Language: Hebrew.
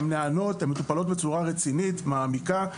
הן נענות, הן מטופלות בצורה רצינית, מעמיקה.